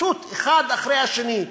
פשוט, אחד אחרי השני.